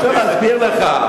יש דרך פשוטה לבדוק את זה.